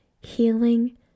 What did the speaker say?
healing